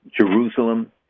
Jerusalem